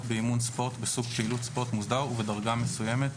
באימון ספורט בסוג פעילות ספורט מוסדר ובדרגה מסוימת,